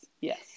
Yes